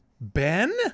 Ben